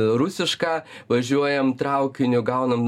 rusišką važiuojam traukiniu gaunam